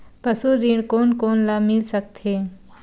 पशु ऋण कोन कोन ल मिल सकथे?